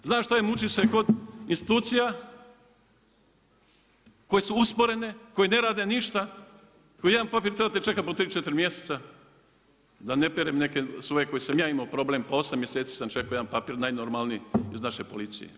Znam što je muči se kod institucija, koje su usporene, koje ne rade ništa koji jedan papir trebate čekati po 3, 4 mjeseca, da ne perem neke svoje koje sam ja imao problem, pa 8 mjeseci sam čekao jedan papir najnormalnije iz naše policije.